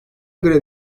grev